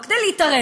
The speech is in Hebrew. לא כדי להתערב,